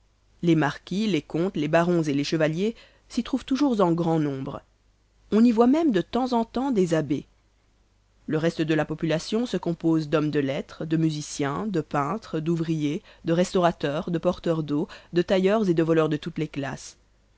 les marquis les comtes les barons et les chevaliers s'y trouvent toujours en grand nombre on y voit même de temps en temps des abbés le reste de la population se compose d'hommes de lettres de musiciens de peintres d'ouvriers de restaurateurs de porteurs d'eau de tailleurs et de voleurs de toutes les classes